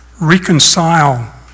reconcile